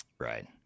Right